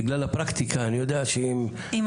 בגלל הפרקטיקה אני יודע שאם ---,